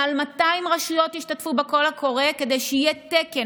מעל 200 רשויות השתתפו בקול הקורא כדי שיהיה תקן